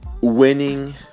winning